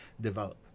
develop